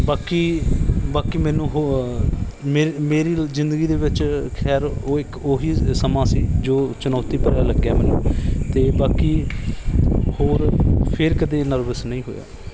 ਬਾਕੀ ਬਾਕੀ ਮੈਨੂੰ ਹੋ ਮੇਰੀ ਮੇਰੀ ਜ਼ਿੰਦਗੀ ਦੇ ਵਿੱਚ ਖੈਰ ਉਹ ਇੱਕ ਉਹ ਹੀ ਸਮਾਂ ਸੀ ਜੋ ਚੁਣੌਤੀ ਭਰਿਆ ਲੱਗਿਆ ਮੈਨੂੰ ਅਤੇ ਬਾਕੀ ਹੋਰ ਫਿਰ ਕਦੇ ਨਰਵਸ ਨਹੀਂ ਹੋਇਆ